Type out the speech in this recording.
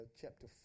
chapter